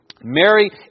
Mary